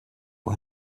for